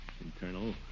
internal